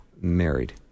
married